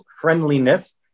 friendliness